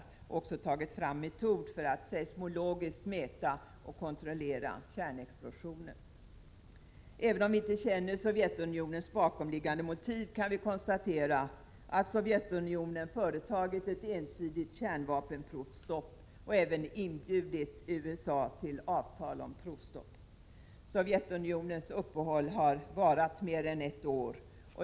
Sverige har också tagit fram en metod för att seismologiskt mäta och kontrollera kärnexplosioner. Även om vi inte känner Sovjetunionens bakomliggande motiv kan vi konstatera att Sovjetunionen företagit ett ensidigt kärnvapenprovstopp och även inbjudit USA till avtal om provstopp. Sovjetunionens uppehåll har varat mer än ett år.